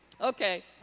Okay